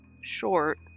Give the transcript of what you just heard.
Short